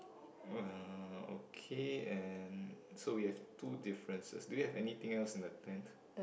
uh okay and so we have two differences do you have anything else in the tent